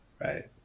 right